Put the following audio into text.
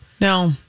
No